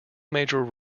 major